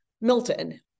milton